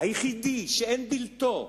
היחידי שאין בלתו,